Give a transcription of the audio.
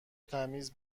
تمیز